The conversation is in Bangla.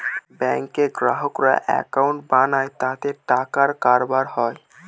ব্যাঙ্কে গ্রাহকরা একাউন্ট বানায় তাতে টাকার কারবার হয়